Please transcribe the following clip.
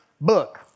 book